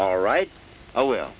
all right oh well